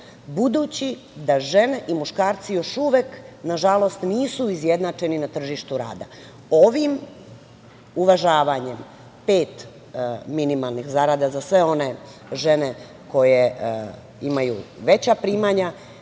budući da žene i muškarci još uvek, na žalost, nisu izjednačeni na tržištu rada. Ovim uvažavanjem pet minimalnih zarada za sve one žene koje imaju veća primanja